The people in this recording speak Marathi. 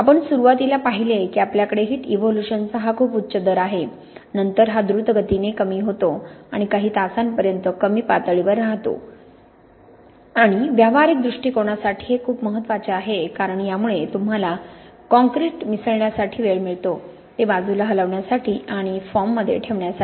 आपण सुरुवातीला पाहिले की आपल्याकडे हिट इव्होल्यूशनचा हा खूप उच्च दर आहे नंतर हा द्रुतगतीने कमी होतो आणि काही तासांपर्यंत कमी पातळीवर राहतो आणि व्यावहारिक दृष्टिकोनासाठी हे खूप महत्वाचे आहे कारण यामुळे तुम्हाला कॉंक्रिट मिसळण्यासाठी वेळ मिळतो ते बाजूला हलवण्यासाठी आणि फॉर्ममध्ये ठेवण्यासाठी